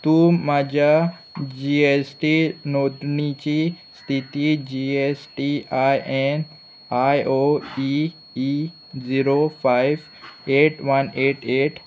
तूं म्हाज्या G S T नोंदणीची स्थिती G S T I N I O zero five eight one eight eight